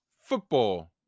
football